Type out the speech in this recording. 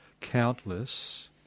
countless